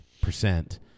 percent